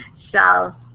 so,